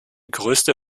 größte